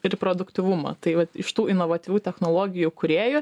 ir produktyvumą tai vat iš tų inovatyvių technologijų kūrėjų